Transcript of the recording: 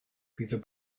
bydd